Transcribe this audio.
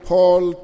Paul